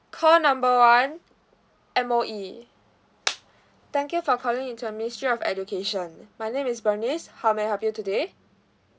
call number one M_O_E thank you for calling into a ministry of education my name is bernice how may I help you today